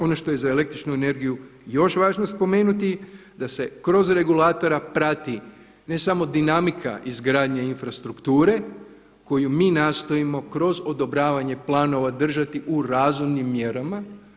Ono što je za električnu energiju još važno spomenuti da se kroz regulatora prati ne samo dinamika izgradnje izfrastrukture koju mi nastojimo kroz odobravanje planova držati u razumnim mjerama.